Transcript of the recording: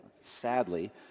Sadly